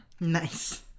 Nice